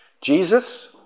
Jesus